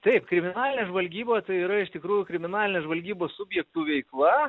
taip kriminalinė žvalgyba tai yra iš tikrųjų kriminalinės žvalgybos subjektų veikla